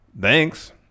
thanks